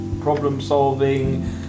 problem-solving